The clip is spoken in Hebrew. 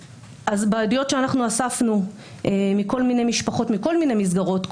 בידיעות שאנחנו אספנו מכל מיני משפחות מכל מיני מסגרות,